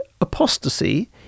apostasy